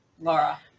Laura